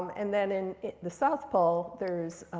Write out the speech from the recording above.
and then in the south pole, there's